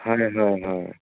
হয় হয় হয়